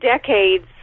decades